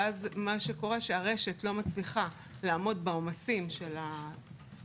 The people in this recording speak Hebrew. ואז מה שקורה זה שהרשת לא מצליחה לעמוד בעומסים של הלקוחות,